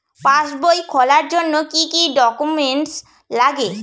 পাসবই খোলার জন্য কি কি ডকুমেন্টস লাগে?